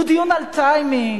הוא דיון על טיימינג.